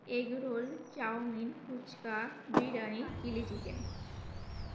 egg roll chowmein phuchka biryani chilli chicken